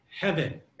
heaven